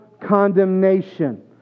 condemnation